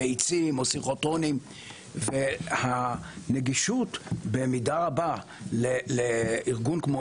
למאיצים או סינכרוטרונים והנגישות במידה רבה לארגון כמו